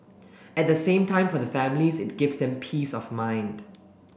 at the same time for the families it gives them peace of mind